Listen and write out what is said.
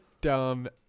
dumb